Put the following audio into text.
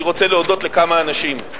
אני רוצה להודות לכמה אנשים,